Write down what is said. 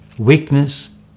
Weakness